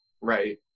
Right